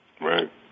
Right